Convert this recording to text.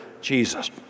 Jesus